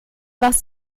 was